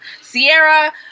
Sierra